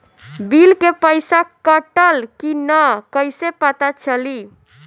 Bill के पइसा कटल कि न कइसे पता चलि?